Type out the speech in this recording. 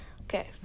okay